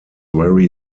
very